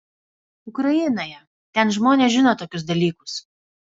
ukrainoje ten žmonės žino tokius dalykus